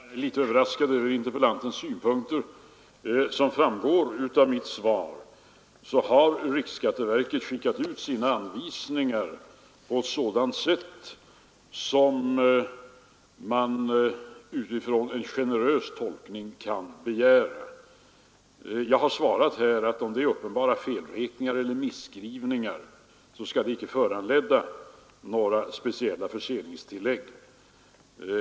Herr talman! Jag är litet överraskad över interpellantens synpunkter. Som framgår av mitt svar har riksskatteverket utformat sina anvisningar så som man kan begära utifrån en generös utgångspunkt. Jag har svarat att uppenbara felräkningar eller misskrivningar inte skall föranleda några speciella strafftillägg.